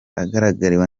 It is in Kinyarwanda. agaragiwe